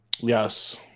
Yes